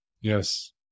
Yes